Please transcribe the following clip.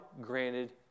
granted